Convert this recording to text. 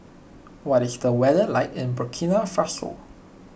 what is the weather like in Burkina Faso